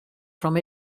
from